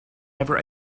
never